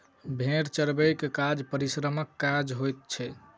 भेंड़ चरयबाक काज परिश्रमक काज होइत छै